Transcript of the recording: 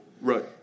Right